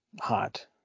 hot